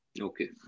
Okay